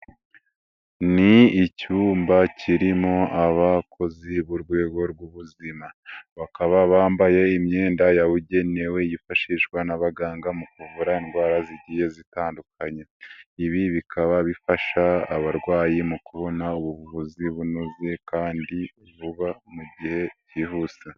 Ni icyumba kirimo abakozi b'urwego rw'ubuzima, bakaba bambaye imyenda yabugenewe yifashishwa n'abaganga mu kuvura indwara zigiye zitandukanye, ibi bikaba bifasha abarwayi mu kubona ubuvuzi bunoze kandi vuba mu gihe kihuse.